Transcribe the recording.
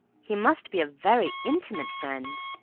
he must be a very intimate friend!